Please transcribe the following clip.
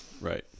right